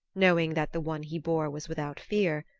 knowing that the one he bore was without fear,